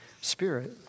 Spirit